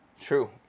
True